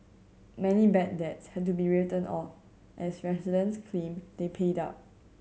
many bad debts had to be written off as residents claim they paid up